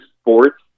sports